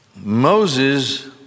Moses